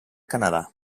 canadà